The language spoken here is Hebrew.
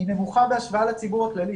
נמוכה בהשוואה לציבור הכללי.